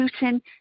Putin